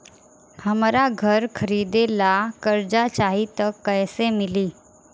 हमरा घर खरीदे ला कर्जा चाही त कैसे मिली?